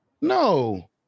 No